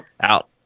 out